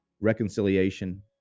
reconciliation